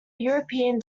european